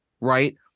Right